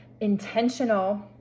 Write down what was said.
intentional